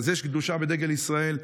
אז יש קדושה בדגל ישראל.